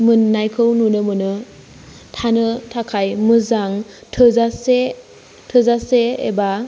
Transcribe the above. मोननायखौ नुनो मोनो थानो थाखाय मोजां थोजासे थोजासे एबा